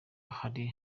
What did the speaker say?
hari